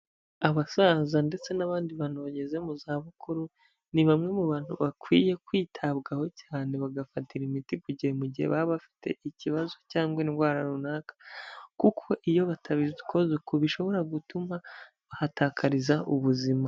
Abasaza ndetse n'abandi bantu bageze mu zabukuru, ni bamwe mu bantu bakwiye kwitabwaho cyane, bagafatira imiti ku gihe mu gihe baba bafite ikibazo cyangwa indwara runaka. Kuko iyo batabikoze uku, bishobora gutuma bahatakariza ubuzima.